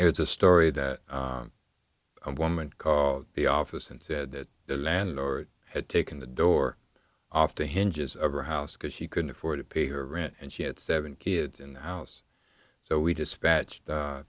it's a story that a woman called the office and said that the landlord had taken the door after hinges of her house because she couldn't afford to pay her rent and she had seven kids in the house so we dispatch